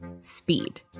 speed